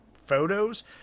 photos